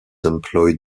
employed